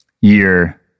year